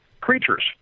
creatures